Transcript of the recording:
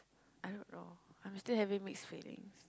I don't know I'm still having mixed feelings